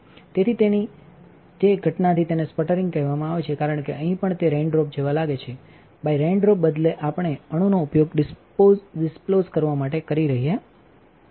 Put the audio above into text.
તેથી તેથી જ તે ઘટનાથી તેને સ્પટરિંગ કહેવામાં આવે છે કારણ કે અહીં પણ તે રેઇનડ્રોપ જેવા લાગે છે બાયરેનટ્રોપને બદલે આપણે અણુનો ઉપયોગ ડિસ્પ્લોઝ કરવા માટે કરી રહ્યા છીએ